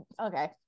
Okay